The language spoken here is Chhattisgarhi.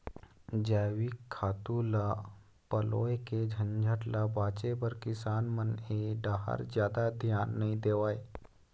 जइविक खातू ल पलोए के झंझट ल बाचे बर किसान मन ए डाहर जादा धियान नइ देवय